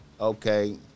okay